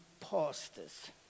pastors